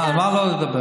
מה, על מה לא לדבר?